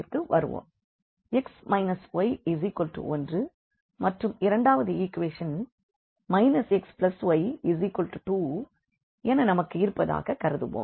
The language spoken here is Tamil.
x y1 மற்றும் 2 வது ஈக்வேஷன் xy2 என நமக்கு இருப்பதாகக் கருதுவோம்